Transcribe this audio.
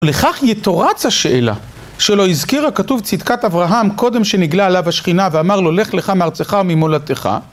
לכך יתורץ השאלה שלא הזכיר הכתוב צדקת אברהם קודם שנגלה עליו השכינה ואמר לו לך לך מארצך וממולדתך